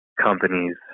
companies